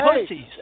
pussies